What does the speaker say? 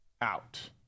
out